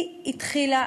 היא התחילה,